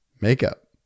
makeup